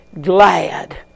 glad